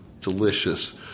delicious